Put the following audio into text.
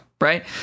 right